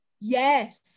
Yes